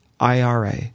IRA